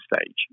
stage